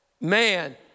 man